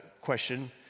question